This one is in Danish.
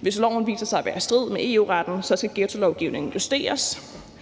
Hvis loven viser sig at være i strid med EU-retten, skal ghettolovgivningen justeres,